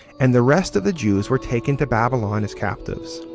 and the rest of the jews were taken to babylon as captives.